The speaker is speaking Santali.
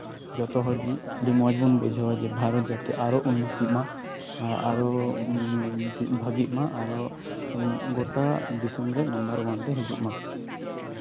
ᱡᱷᱚᱛᱚ ᱦᱚᱲ ᱜᱮ ᱟᱹᱰᱤ ᱢᱚᱸᱡᱽ ᱵᱚᱱ ᱟᱹᱭᱠᱟᱹᱣᱟ ᱵᱷᱟᱨᱚᱛ ᱡᱟᱛᱮ ᱟᱨᱦᱚᱸ ᱩᱱᱱᱚᱛᱤᱜᱼᱢᱟ ᱟᱨᱦᱚᱸ ᱵᱷᱟᱜᱮᱜ ᱢᱟ ᱟᱨᱦᱚ ᱜᱳᱴᱟ ᱫᱤᱥᱚᱢ ᱨᱮ ᱱᱟᱢᱵᱟᱨ ᱚᱣᱟᱱ ᱨᱮ ᱦᱤᱡᱩᱜ ᱢᱟ